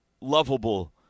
Lovable